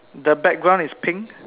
the background is pink